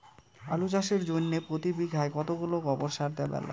আলু চাষের জইন্যে প্রতি বিঘায় কতোলা গোবর সার দিবার লাগে?